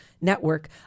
Network